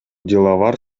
диловар